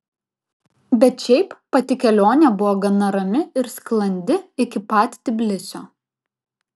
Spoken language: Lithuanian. bet šiaip pati kelionė buvo gana rami ir sklandi iki pat tbilisio